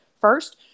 first